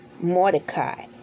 Mordecai